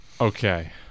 Okay